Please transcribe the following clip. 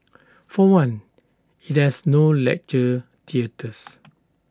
for one IT has no lecture theatres